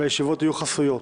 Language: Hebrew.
והישיבות יהיו חסויות.